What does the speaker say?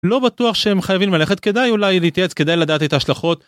לא בטוח שהם חייבים ללכת כדאי אולי להתייעץ כדי לדעת את השלכות.